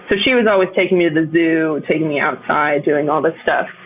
so she was always taking me to the zoo, taking me outside, doing all this stuff.